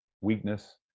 weakness